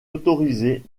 autorisé